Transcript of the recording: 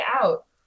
out